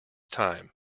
time